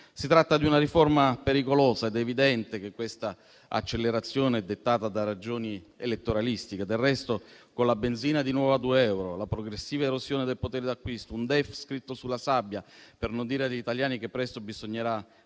Si tratta di una riforma pericolosa ed è evidente che l'accelerazione è dettata da ragioni elettoralistiche. Del resto, con la benzina di nuovo a 2 euro, la progressiva erosione del potere d'acquisto, un DEF scritto sulla sabbia per non dire agli italiani che presto bisognerà